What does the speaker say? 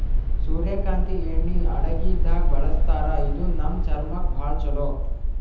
ಸೂರ್ಯಕಾಂತಿ ಎಣ್ಣಿ ಅಡಗಿದಾಗ್ ಬಳಸ್ತಾರ ಇದು ನಮ್ ಚರ್ಮಕ್ಕ್ ಭಾಳ್ ಛಲೋ